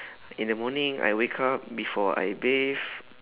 in the morning I wake up before I bathe